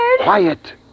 Quiet